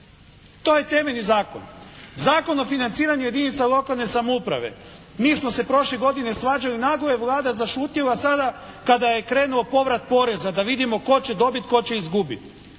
To je temeljni zakon. Zakon o financiranju jedinica lokalne samouprave. Mi smo se prošle godine svađali, naglo je Vlada zašutjela. Sada kada je krenuo povrat poreza da vidimo tko će dobiti, tko će izgubit.